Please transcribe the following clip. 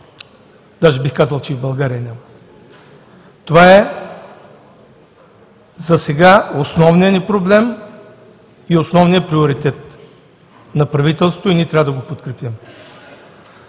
даже бих казал, че и в България няма. Това е засега основният ни проблем и основният приоритет на правителството и ние трябва да го подкрепим.